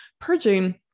purging